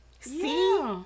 See